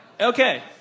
Okay